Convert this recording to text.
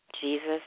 Jesus